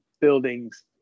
buildings